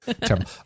Terrible